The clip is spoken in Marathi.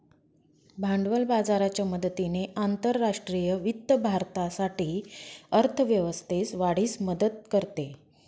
भांडवल बाजाराच्या मदतीने आंतरराष्ट्रीय वित्त भारतासाठी अर्थ व्यवस्थेस वाढीस मदत करते